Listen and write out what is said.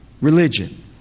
religion